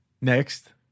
Next